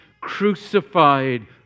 crucified